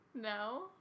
No